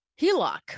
HELOC